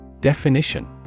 Definition